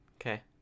Okay